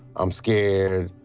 i'm scared!